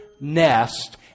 nest